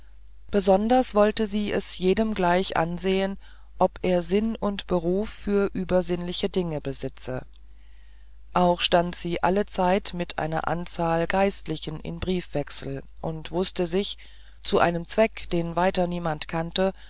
besonders wollte sie es jedem gleich ansehen ob er sinn und beruf für übersinnliche dinge besitze auch stand sie allezeit mit einer anzahl geistlichen in briefwechsel und wußte sich zu einem zweck den weiter niemand kannte